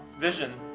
vision